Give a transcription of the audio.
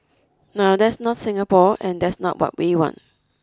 now that's not Singapore and that's not what we want